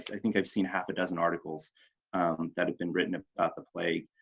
i think i've seen half a dozen articles that have been written about the plague